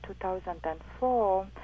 2004